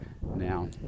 Now